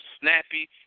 snappy